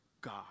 God